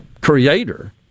creator